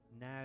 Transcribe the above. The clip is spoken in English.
now